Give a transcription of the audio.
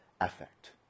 effect